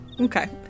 Okay